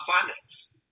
finance